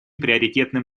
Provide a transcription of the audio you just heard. приоритетным